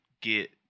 get